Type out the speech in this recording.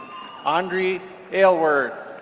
audrie aylward.